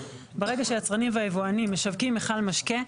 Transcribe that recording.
ברגע שהיצרנים והיבואנים משווקים מכל משקה,